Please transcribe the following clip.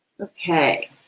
Okay